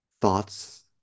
Thoughts